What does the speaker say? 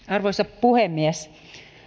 arvoisa puhemies